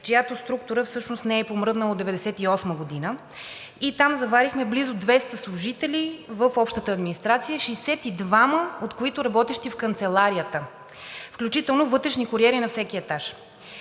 чиято структура всъщност не е помръднала от 1998 г., и там заварихме близо 200 служители в общата администрация, 62 от които работещи в канцеларията, включително вътрешни куриери на всеки етаж.